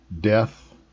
death